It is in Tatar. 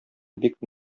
бик